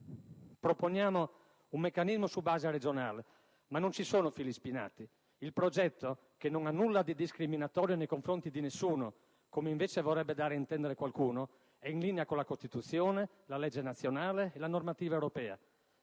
Proponiamo un meccanismo su base regionale, ma non ci sono fili spinati. Il progetto, che non ha nulla di discriminatorio nei confronti di nessuno, come invece vorrebbe dare ad intendere qualcuno, è in linea con la Costituzione, la legge nazionale e la normativa europea.